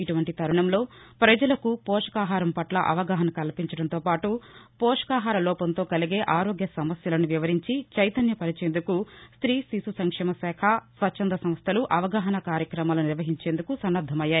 ఇటువంటి తరుణంలో ప్రజలకు పోషకాహారం పట్ల అవగాహన కల్పించడంతో పాటు పోషకాహార లోపంతో కలిగే ఆరోగ్య సమస్యలను వివరించి చైతన్య పరిచేందుకు స్ట్రీ శిశు సంక్షేమ శాఖ స్వచ్చంధ సంస్టలు అవగాహనా కార్యక్రమాలు నిర్వహించేందుకు సన్నద్గమయ్యాయి